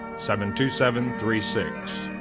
seven, two, seven, three, six.